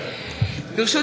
ברשות